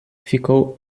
ficou